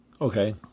Okay